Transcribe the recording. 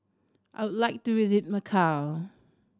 I would like to visit Macau